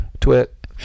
twit